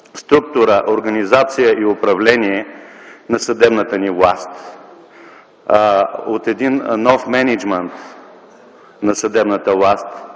структура, организация и управление на съдебната ни власт, от един нов мениджмънт на съдебната власт